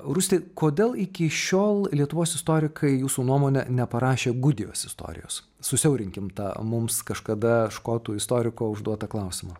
rūsti kodėl iki šiol lietuvos istorikai jūsų nuomone neparašė gudijos istorijos susiaurinkim tą mums kažkada škotų istoriko užduotą klausimą